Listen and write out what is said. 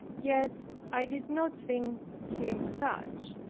yet i did not think him such.